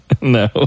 No